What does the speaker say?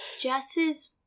Jess's –